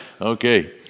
Okay